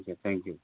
okay thank you